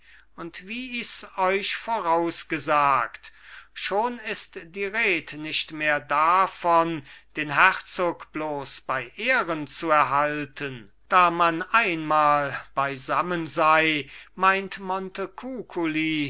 und wie ichs euch vorausgesagt schon ist die red nicht mehr davon den herzog bloß bei ehren zu erhalten da man einmal beisammen sei meint montecuculi